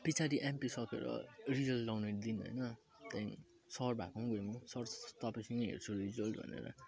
पिछाडी MP सकेर result आउने दिन हैन त्यहाँदेखिन् सर भएकोमा गएँ म सरसित तपाईँसितै हेर्छु रिजल्ट भनेर